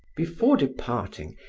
before departing,